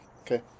Okay